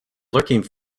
lurking